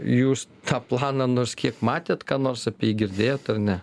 jūs tą planą nors kiek matėt ką nors apie jį girdėjot ar ne